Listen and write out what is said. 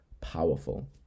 powerful